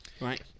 Right